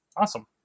awesome